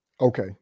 Okay